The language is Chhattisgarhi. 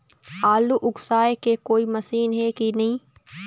आलू उसकाय के कोई मशीन हे कि नी?